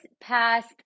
past